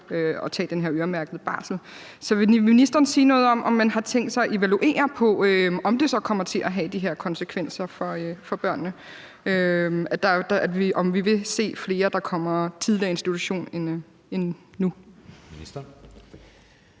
at tage den her øremærkede barsel. Så vil ministeren sige noget om, om man har tænkt sig at evaluere på, om det så kommer til at have de her konsekvenser for børnene, altså om vi vil se flere, der kommer tidligere i institution end nu?